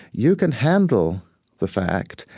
you can handle the fact,